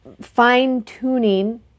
fine-tuning